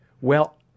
Well